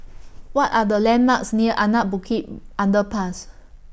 What Are The landmarks near Anak Bukit Underpass